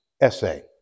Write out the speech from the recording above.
essay